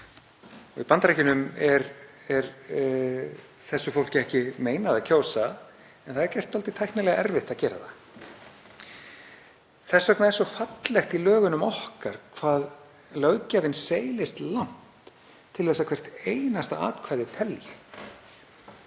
Í Bandaríkjunum er þessu fólki ekki meinað að kjósa en því er gert dálítið tæknilega erfitt að gera það. Þess vegna er svo fallegt í lögunum okkar hvað löggjafinn seilist langt til að hvert einasta atkvæði telji.